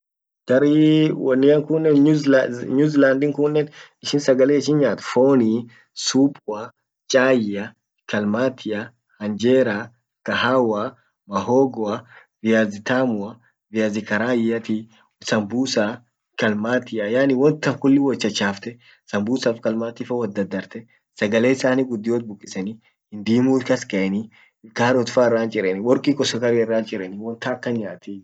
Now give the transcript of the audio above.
Jar wonian kunnen New Zealandin kunnen ishin sagale ishin nyaat foni, supua, chaia, kalmatia, hanjera, kahawa ,mahogoa viazi tamua, viazi karaiati, sambusa kalmatia, yaani won tan kulli wot chachafte, sambusaf kalmatifa wot dardarte, sagale sahani guddiot bukiseni ,ndimut kas kaeni, carrotfa irant chireni worki sukaria irant chireni won tan akan nyaati jarkun.